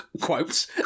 quotes